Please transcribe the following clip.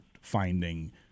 finding